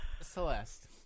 Celeste